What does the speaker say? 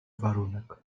warunek